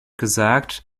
gesagt